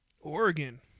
Oregon